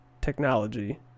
technology